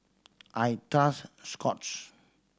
I trust Scott's